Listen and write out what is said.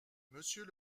monsieur